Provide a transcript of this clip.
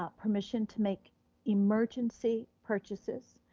ah permission to make emergency purchases